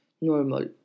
normal